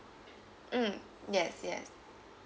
mm yes yes